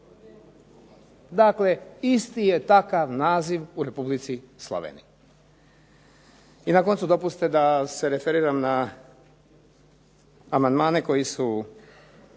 Dakle, isti je takav naziv u Republici Sloveniji. I na koncu dopustite da se referiram na amandmane koji su